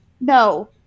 No